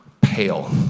pale